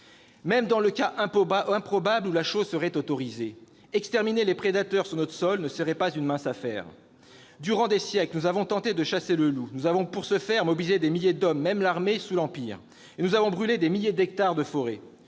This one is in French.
Même dans le cas, improbable, où la chose serait autorisée, exterminer les prédateurs sur notre sol ne serait pas une mince affaire. Durant des siècles, nous avons tenté de chasser le loup. Nous avons pour ce faire mobilisé des milliers d'hommes- y compris l'armée sous l'Empire -, et nous avons brûlé des milliers d'hectares de forêt.